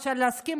אפשר להסכים,